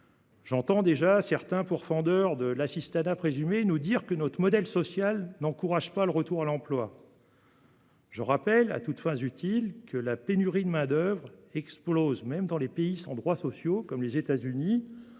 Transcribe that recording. J'entends déjà certains pourfendeurs de l'assistanat présumé nous expliquer que notre modèle social n'encourage pas le retour à l'emploi. Je rappellerai en réponse, à toutes fins utiles, que la pénurie de main-d'oeuvre explose même dans des pays sans droits sociaux comme les États-Unis,